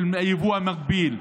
של היבוא המקביל,